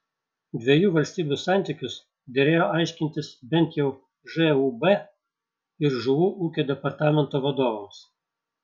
dviejų valstybių santykius derėjo aiškintis bent jau žūb ir žuvų ūkio departamento vadovams